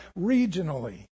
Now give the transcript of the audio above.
regionally